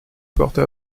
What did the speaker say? portes